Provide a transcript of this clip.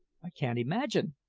i can't imagine,